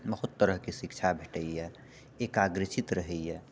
बहुत तरह के शिक्षा भेटयए एकाग्रचित रहयए